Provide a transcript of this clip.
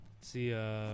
See